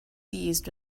seized